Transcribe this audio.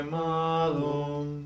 malum